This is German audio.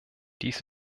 dies